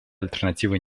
альтернативы